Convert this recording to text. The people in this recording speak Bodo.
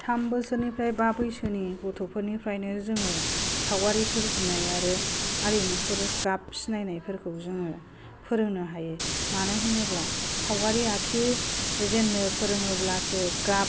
थाम बोसोरनिफ्राय बा बैसोनि गथ'फोरनिफ्रायनो जोङो सावगारि सोरजिनाय आरो आरिमुफोर गाब सिनायनायफोरखौ जोङो फोरोंनो हायो मानो होनोब्ला सावगारि आखिजेननो फोरोङोब्लासो गाब